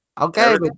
Okay